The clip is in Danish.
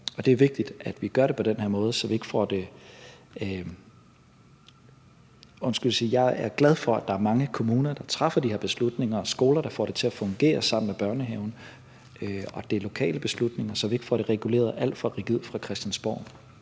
at sikre kontinuitet og at få overgangene til at fungere bedre. Jeg er glad for, at der er mange kommuner, der træffer de her beslutninger, og skoler, der får det til at fungere sammen med børnehaven, og at det er lokale beslutninger, så vi ikke får det reguleret alt for rigidt fra Christiansborg.